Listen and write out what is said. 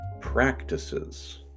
practices